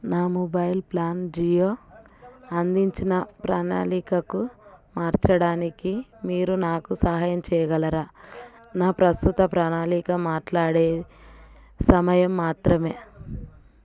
నా mobile plan Jio అందించిన ప్రణాళికకు మార్చడానికి మీరు నాకు సహాయం చేయగలరా నా ప్రస్తుత ప్రణాళిక మాట్లాడే సమయం మాత్రమే